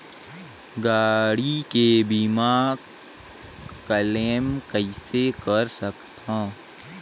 गाड़ी के बीमा क्लेम कइसे कर सकथव?